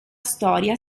storia